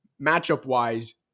matchup-wise